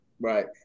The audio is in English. Right